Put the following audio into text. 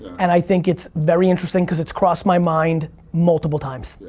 and i think it's very interesting cause it's crossed my mind multiple times.